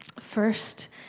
first